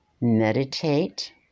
meditate